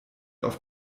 auf